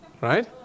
right